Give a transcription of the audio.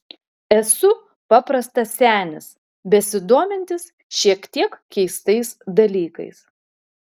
esu paprastas senis besidomintis šiek tiek keistais dalykais